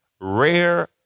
Rare